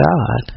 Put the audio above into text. God